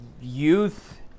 youth